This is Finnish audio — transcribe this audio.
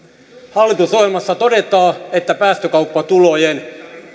hallitusohjelmassa todetaan että päästökauppatulojen